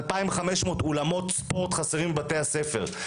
2,500 אולמות ספורט חסרים בבתי הספר,